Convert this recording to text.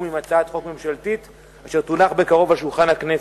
עם הצעת החוק הממשלתית אשר תונח בקרוב על שולחן הכנסת.